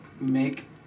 make